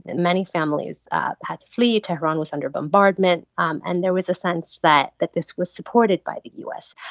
many families had to flee, tehran was under bombardment um and there was a sense that that this was supported by the u s.